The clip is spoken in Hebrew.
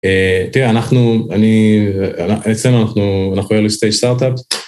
תראה, אנחנו.. אני.. אצלנו אנחנו ארלי סטייג׳ סטארט-אפ.